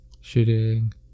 shooting